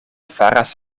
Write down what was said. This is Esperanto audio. faras